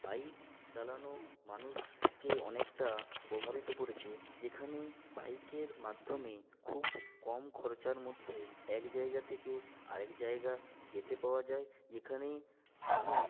bike চালানো মানুষকে অনেকটা প্রভাবিত করেছে যেখানে বাইকের মাধ্যমে খুব কম খরচার মধ্যে এক জায়গা থেকে আর এক জায়গা যেতে পাওয়া যায় যেখানে মানুষ